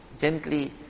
gently